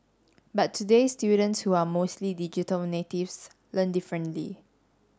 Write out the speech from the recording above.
but today students who are mostly digital natives learn differently